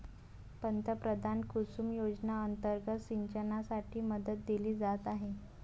पंतप्रधान कुसुम योजना अंतर्गत सिंचनासाठी मदत दिली जात आहे